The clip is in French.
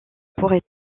pourrait